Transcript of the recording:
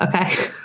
Okay